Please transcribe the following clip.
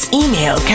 email